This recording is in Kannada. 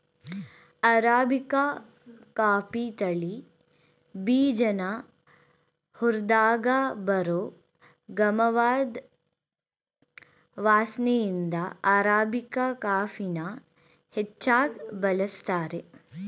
ಅರಾಬಿಕ ಕಾಫೀ ತಳಿ ಬೀಜನ ಹುರ್ದಾಗ ಬರೋ ಗಮವಾದ್ ವಾಸ್ನೆಇಂದ ಅರಾಬಿಕಾ ಕಾಫಿನ ಹೆಚ್ಚಾಗ್ ಬಳಸ್ತಾರೆ